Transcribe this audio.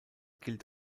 gilt